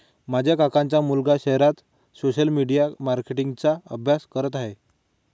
माझ्या काकांचा मुलगा शहरात सोशल मीडिया मार्केटिंग चा अभ्यास करत आहे